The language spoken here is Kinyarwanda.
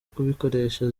kubikoresha